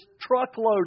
truckload